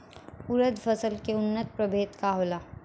उरद फसल के उन्नत प्रभेद का होला?